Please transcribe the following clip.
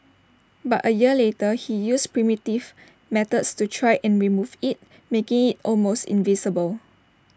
but A year later he used primitive methods to try and remove IT making IT almost invisible